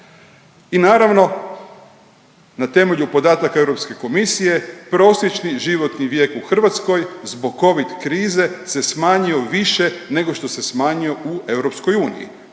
I naravno, na temelju podataka EU komisije, prosječni životni vijek u Hrvatskoj zbog Covid krize se smanjio više nego što se smanjio u EU. To je